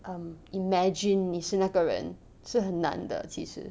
um imagine 你是那个人是很难的其实